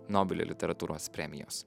nobelio literatūros premijos